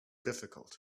difficult